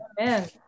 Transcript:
Amen